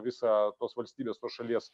visą tos valstybės tos šalies